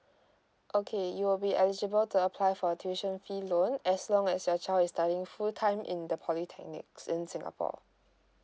okay you will be eligible to apply for tuition fee loan as long as your child is studying full time in the polytechnics in singapore